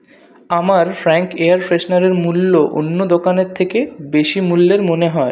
আমার Frank air freshener এর মূল্য অন্য দোকানের থেকে বেশি মুল্যের মনে হয়